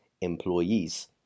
employees